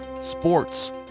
sports